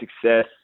success